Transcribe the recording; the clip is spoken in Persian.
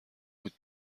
امید